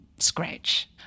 scratch